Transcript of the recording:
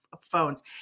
Phones